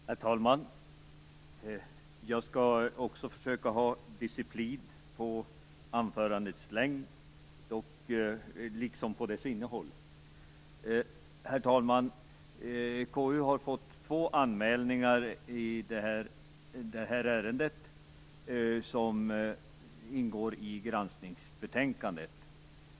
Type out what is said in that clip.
Herr talman! Jag skall också försöka ha disciplin när det gäller anförandets längd liksom dess innehåll. Herr talman! KU har fått två anmälningar i det här ärendet, som ingår i granskningsbetänkandet.